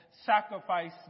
sacrifice